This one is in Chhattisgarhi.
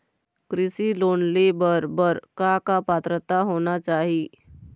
कृषि लोन ले बर बर का का पात्रता होना चाही?